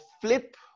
flip